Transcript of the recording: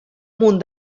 munt